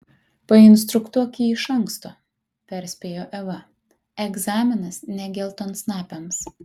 painstruktuok jį iš anksto perspėjo eva egzaminas ne geltonsnapiams